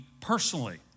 personally